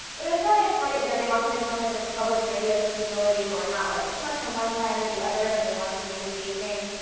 but it was really important, important, you know they wanted to come with this public radio sensibility where we're not like too much on one side or the other, but they wanna be engaging.